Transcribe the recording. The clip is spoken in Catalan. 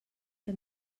què